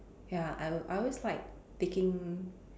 ya I I always like taking